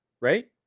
right